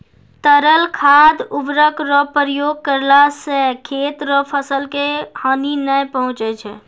तरल खाद उर्वरक रो प्रयोग करला से खेत रो फसल के हानी नै पहुँचय छै